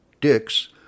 dicks